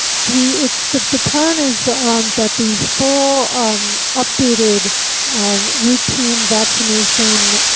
the, it's, the the plan is ah um that the full um updated um routine vaccination